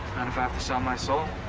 and if i have to sell my soul.